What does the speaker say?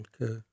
Okay